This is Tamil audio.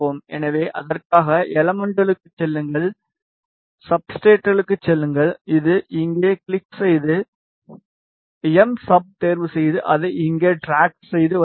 எனவே அதற்காக ஏலமென்ட்களுக்குச் செல்லுங்கள் சப்ஸ்ட்ரட்களுக்குச் செல்லுங்கள் இது இங்கே கிளிக் செய்து எம் சப் ஐத் தேர்வுசெய்து அதை இங்கே ட்ராக் செய்து வைக்கவும்